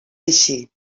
així